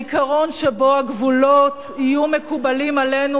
העיקרון שבו הגבולות יהיו מקובלים עלינו,